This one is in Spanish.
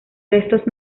restos